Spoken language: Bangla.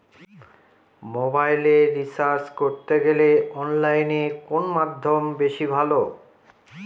মোবাইলের রিচার্জ করতে গেলে অনলাইনে কোন মাধ্যম বেশি ভালো?